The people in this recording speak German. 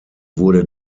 wurde